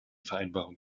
vereinbarung